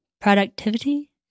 productivity